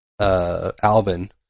Alvin